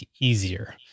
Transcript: easier